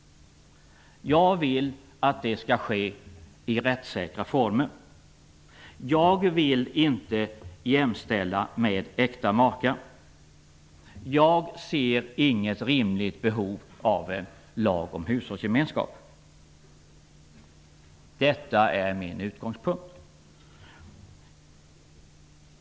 Jag vill att det skall ske i rättssäkra former. Jag vill inte jämställa homosexuella samboende med äkta makar. Jag ser inget rimligt behov av en lag om hushållsgemenskap. Detta är min utgångspunkt.